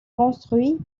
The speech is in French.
construits